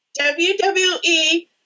WWE